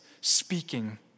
speaking